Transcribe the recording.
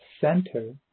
center